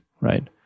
right